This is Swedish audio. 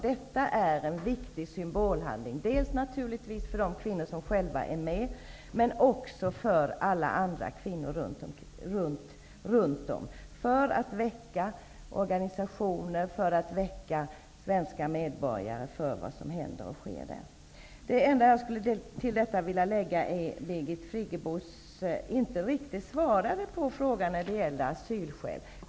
Detta är en viktig symbolhandling dels naturligtvis för de kvinnor som själva deltar, men också för andra kvinnor, för att väcka organisationer och svenska medborgare för vad som händer och sker i f.d. Jugoslavien. Den enda fråga som jag vill tillägga, som Birgit Friggebo inte riktigt svarade på, är frågan om asylskäl.